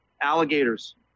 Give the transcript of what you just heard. alligators